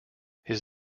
his